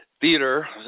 theater